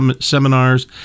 seminars